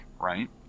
right